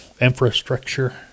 infrastructure